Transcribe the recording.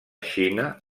xina